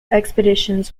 expeditions